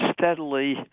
steadily